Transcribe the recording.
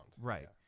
Right